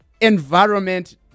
environment